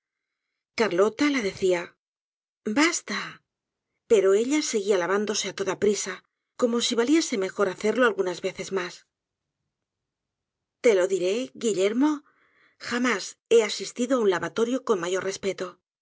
carlota la der cia basta pero ella seguia lavándose á toda prisa como si valiese mejor hacerlo algunas veces mas te lo diré guillermo jamás he asistido á un lavatorio con mayor respeto